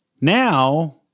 Now